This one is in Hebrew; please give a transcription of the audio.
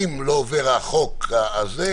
אם לא עובר החוק הזה,